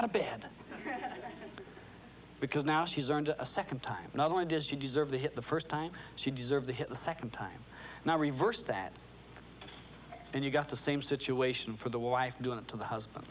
throughout a bad because now she's earned a second time not only does she deserve the hit the first time she deserved to hit the second time and i reverse that and you got the same situation for the wife doing it to the husband